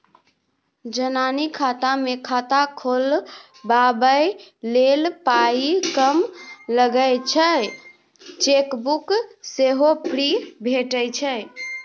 जनानी खाता मे खाता खोलबाबै लेल पाइ कम लगै छै चेकबुक सेहो फ्री भेटय छै